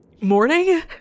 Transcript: morning